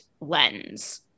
lens